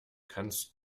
kannst